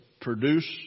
produce